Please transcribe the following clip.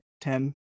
ten